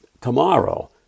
tomorrow